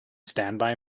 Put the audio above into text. standby